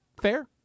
Fair